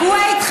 כווית,